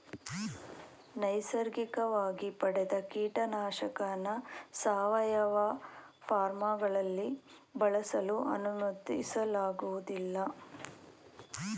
ನೈಸರ್ಗಿಕವಾಗಿ ಪಡೆದ ಕೀಟನಾಶಕನ ಸಾವಯವ ಫಾರ್ಮ್ಗಳಲ್ಲಿ ಬಳಸಲು ಅನುಮತಿಸಲಾಗೋದಿಲ್ಲ